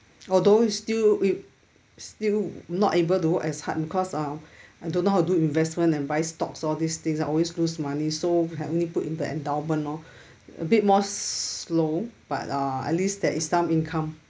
although still it still not able to work as hard cause uh I don't know how to do investment and buy stocks all these things I always lose money so have only put in the endowment lor a bit more slow but uh at least there is some income